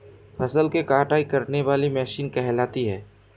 फसल की कटाई करने वाली मशीन कहलाती है?